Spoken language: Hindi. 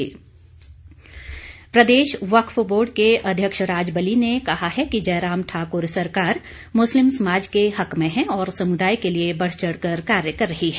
राजबली प्रदेश वक्फ बोर्ड के अध्यक्ष राजबली ने कहा है कि जयराम ठाकुर सरकार मुस्लिम समाज के हक में है और समुदाय के लिए बढ़ चढ़ कर कार्य कर रही है